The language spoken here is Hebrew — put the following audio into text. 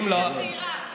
להתיישבות הצעירה,